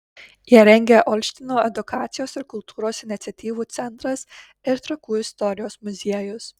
ją rengia olštyno edukacijos ir kultūros iniciatyvų centras ir trakų istorijos muziejus